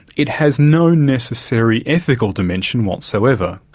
it has no necessary ethical dimension whatsoever.